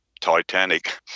titanic